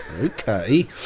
Okay